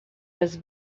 was